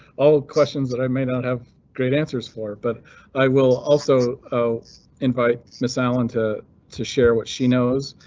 all questions that i may not have great answers for, but i will also invite miss allen to to share what she knows.